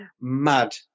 mad